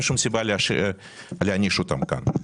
אין שום סיבה להעניש אותם עכשיו.